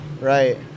Right